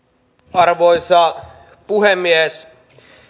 arvoisa puhemies